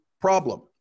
problem